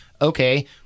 Okay